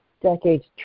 decades